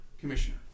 commissioner